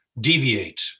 deviate